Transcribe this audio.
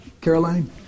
Caroline